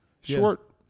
Short